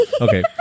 Okay